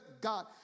God